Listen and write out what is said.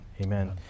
Amen